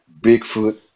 bigfoot